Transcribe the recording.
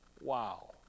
wow